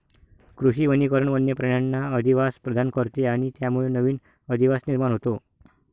कृषी वनीकरण वन्य प्राण्यांना अधिवास प्रदान करते आणि त्यामुळे नवीन अधिवास निर्माण होतो